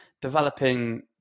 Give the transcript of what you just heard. developing